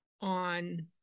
on